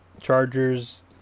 Chargers